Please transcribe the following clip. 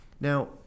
Now